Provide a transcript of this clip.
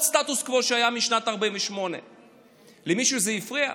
הסטטוס קוו שהיה משנת 48'. למישהו זה הפריע?